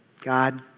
God